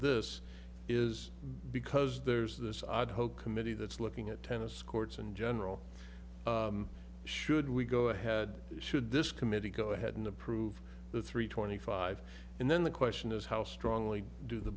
this is because there's this odd hope committee that's looking at tennis courts in general should we go ahead should this committee go ahead and approve the three twenty five and then the question is how strongly do the